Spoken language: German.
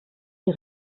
die